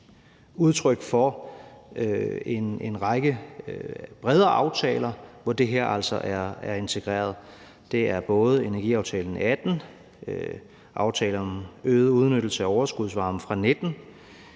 udtryk for en række bredere aftaler, hvor det her altså er integreret, og det er både energiaftalen fra 2018, aftalen om en øget udnyttelse af overskudsvarmen fra 2019,